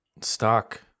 stock